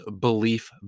belief